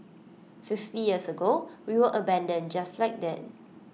fifty years ago we were abandoned just like that